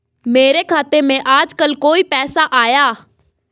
मेरे खाते में आजकल कोई पैसा आया?